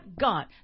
God